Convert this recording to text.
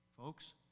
Folks